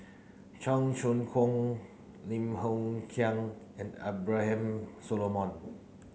Cheong Choong Kong Lim Hng Kiang and Abraham Solomon